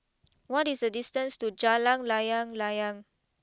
what is the distance to Jalan Layang Layang